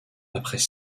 après